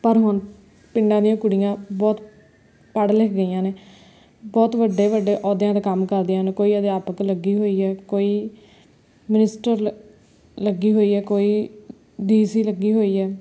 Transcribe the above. ਪਰ ਹੁਣ ਪਿੰਡਾਂ ਦੀਆਂ ਕੁੜੀਆਂ ਬਹੁਤ ਪੜ੍ਹ ਲਿਖ ਗਈਆਂ ਨੇ ਬਹੁਤ ਵੱਡੇ ਵੱਡੇ ਅਹੁਦਿਆਂ 'ਤੇ ਕੰਮ ਕਰਦੀਆਂ ਨੇ ਕੋਈ ਅਧਿਆਪਕ ਲੱਗੀ ਹੋਈ ਹੈ ਕੋਈ ਮਿਨਿਸਟਰ ਲ ਲੱਗੀ ਹੋਈ ਹੈ ਕੋਈ ਡੀਸੀ ਲੱਗੀ ਹੋਈ ਹੈ